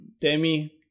Demi